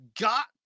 got